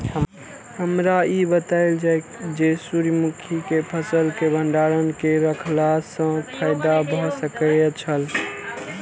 हमरा ई बतायल जाए जे सूर्य मुखी केय फसल केय भंडारण केय के रखला सं फायदा भ सकेय छल?